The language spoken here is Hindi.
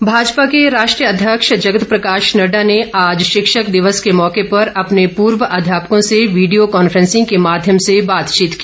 नड्डा भाजपा के राष्ट्रीय अध्यक्ष जगत प्रकाश नड़डा ने आज शिक्षक दिवस के मौके पर अपने पूर्व अध्यापकों से वीडियो कॉन्फ्रेंसिंग के माध्यम से बातचीत की